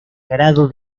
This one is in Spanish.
grado